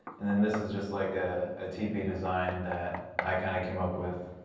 and then this is just like a a tipi design that i kinda came up with.